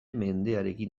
mendearekin